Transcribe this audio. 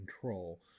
control